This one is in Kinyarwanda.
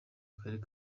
akarere